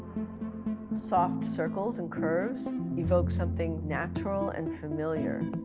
soft circles and curves evoke something natural and familiar.